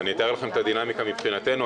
אתאר לכם את הדינמיקה מבחינתנו.